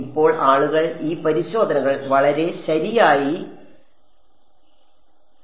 ഇപ്പോൾ ആളുകൾ ഈ പരിശോധനകൾ വളരെ ശരിയായി ചെയ്തു